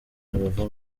bava